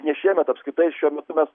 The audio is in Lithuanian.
ne šiemet apskritai šiuo metu mes